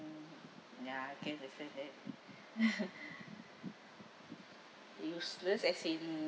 mm ya can understand that useless as in